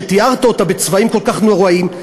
שתיארת אותה בצבעים כל כך נוראיים,